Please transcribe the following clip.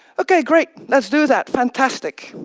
ok, great let's do that, fantastic.